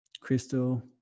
Crystal